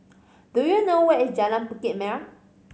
do you know where is Jalan Bukit Merah